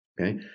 Okay